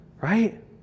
Right